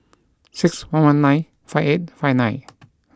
six one one nine five eight five nine